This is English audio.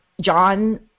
John